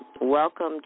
Welcome